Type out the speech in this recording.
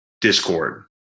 discord